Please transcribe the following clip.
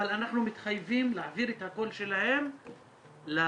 אבל אנחנו מתחייבים להעביר את הקול שלהם לכל